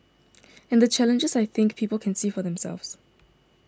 and the challenges I think people can see for themselves